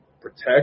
protect